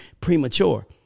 premature